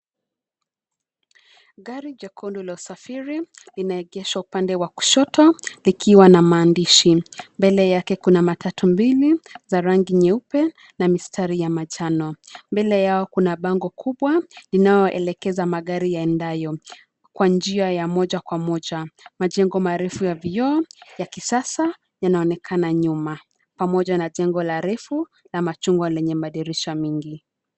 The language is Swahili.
Gari jekundu la usafiri, linaegeshwa upande wa kushoto, likiwa na maandishi, mbele yake kuna matatu mbili, za rangi nyeupe, na mistari ya manjano, mbele yao kuna bango kubwa, linayoelekeza magari yaendayo, kwa njia ya moja kwa moja, majengo marefu ya vioo, ya kisasa, yanaonekana nyuma, pamoja na jengo la refu, na machungwa lenye madirisha mingi.